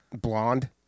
blonde